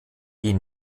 die